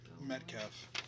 Metcalf